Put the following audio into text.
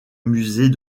musée